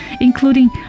including